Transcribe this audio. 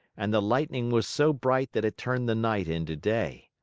and the lightning was so bright that it turned the night into day.